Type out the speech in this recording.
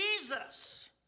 Jesus